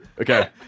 Okay